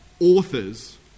authors